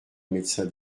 médecin